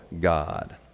God